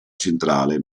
centrale